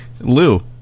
Lou